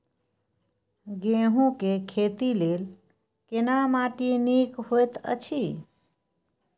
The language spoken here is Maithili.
गेहूँ के खेती लेल केना माटी नीक होयत अछि?